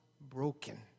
broken